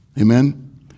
Amen